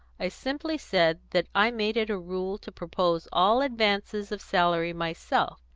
i simply said that i made it a rule to propose all advances of salary myself,